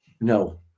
no